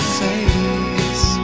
face